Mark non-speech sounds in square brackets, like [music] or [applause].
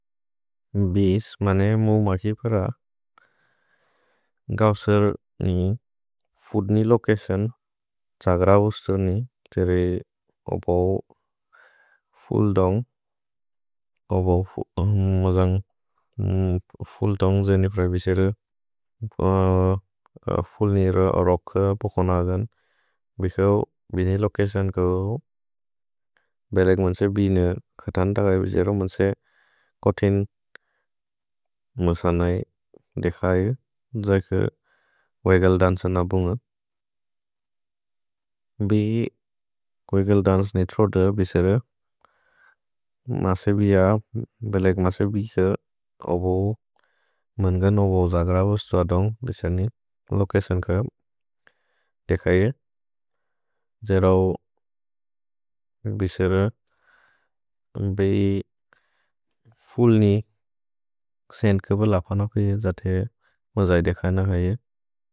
म्बिस् मने मु मतिप र [hesitation] गौसर् नि फुद् नि लोकेसन्। त्सग्र उस्तु नि तेरे ओबो फुल् दोन्ग्। [hesitation] ओबो मजन्ग् फुल् दोन्ग् जेने प्रए बेसेरो फुल् निर रोक पोकोन अदन्। भिको बिने लोकेसन् को बेलेक् म्बिसे बिने क्सतन्त गै बेसेरो म्बिसे कोतिन् [hesitation] मुसनै देखै जैक् वेगल् दन्स नबुन्ग। [hesitation] भि वेगल् दन्स नित्रोद बिसेरे मसे बिज। [hesitation] भेलेक् मसे बिज, ओबो मन्गन्, ओबो जग्र। [hesitation] ओबो स्तुअ दोन्ग् बिसे नि लोकेसन् क देखै। [hesitation] जेरौ बिसेरे [hesitation] बै [hesitation] फुल् नि [hesitation] क्सेन् के ब लपन। [hesitation] कि जते मजै देखै न है।